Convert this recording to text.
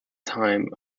time